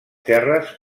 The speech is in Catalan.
terres